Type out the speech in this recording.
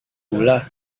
gula